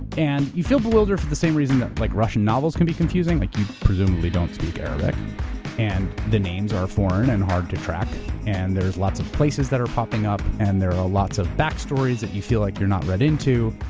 and you feel bewildered for the same reason like russian novels can be confusing, like you presumably don't speak arabic and the names are foreign and hard to track and there's lots of places that are popping us and there are lots of back stories that you feel like you're not read into.